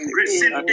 receive